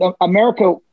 America